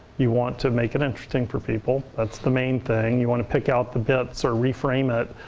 you want to make it interesting for people. that's the main thing. you want to pick out the bits or reframe it.